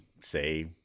say